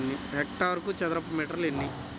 హెక్టారుకు చదరపు మీటర్లు ఎన్ని?